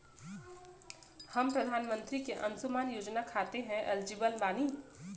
हम प्रधानमंत्री के अंशुमान योजना खाते हैं एलिजिबल बनी?